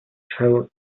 trevor